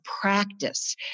practice